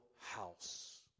house